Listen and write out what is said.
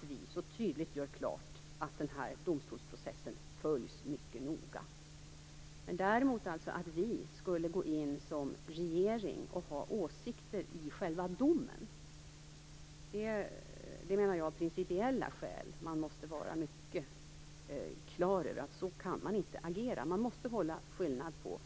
Vi skall tydligt göra klart att den här domstolsprocessen följs mycket noga. Men när det däremot gäller att vi skall gå in som regering och ha åsikter om själva domen, menar jag att man av principiella skäl måste var mycket klar över att vi inte kan agera så. Man måste hålla skillnad på